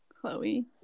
Chloe